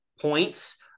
points